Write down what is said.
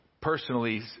personally